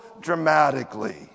dramatically